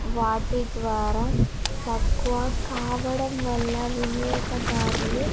వాటి ద్వారా తక్కువ కావడం వల్ల వినియోగదారులు